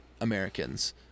Americans